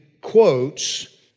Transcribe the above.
quotes